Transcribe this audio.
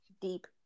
Deep